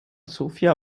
sophia